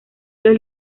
los